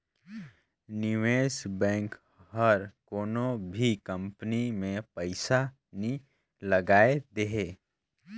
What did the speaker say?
निवेस बेंक हर कोनो भी कंपनी में पइसा नी लगाए देहे